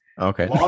okay